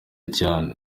cyane